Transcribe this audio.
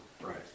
right